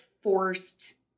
forced